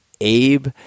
Abe